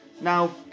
Now